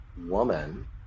woman